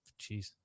Jeez